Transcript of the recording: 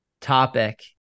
topic